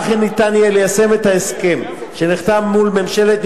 כך ניתן יהיה ליישם את ההסכם שנחתם מול ממשלת